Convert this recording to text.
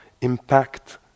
impact